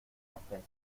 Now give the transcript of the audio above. cafés